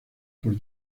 por